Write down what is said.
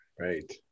Right